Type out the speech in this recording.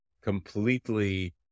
completely